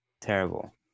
Terrible